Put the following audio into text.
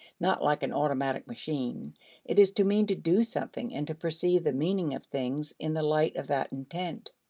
not like an automatic machine it is to mean to do something and to perceive the meaning of things in the light of that intent.